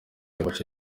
yafashe